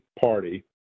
party